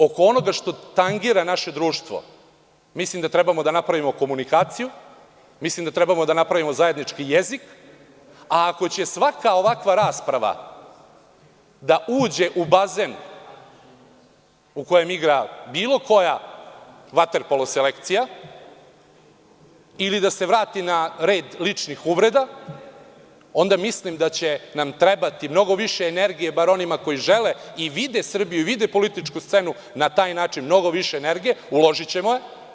Oko onoga što tangira naše društvo, mislim da treba da napravimo komunikaciju, mislim da treba da napravimo zajednički jezik, a ako će svaka ovakva rasprava da uđe u bazen u kojem igra bilo koja vaterpolo selekcija ili da se vrati na red ličnih uvreda, onda mislim da će nam trebati mnogo više energije, barem onima koji žele i vide Srbiju, vide političku scenu na taj način, uložićemo je.